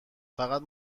فقط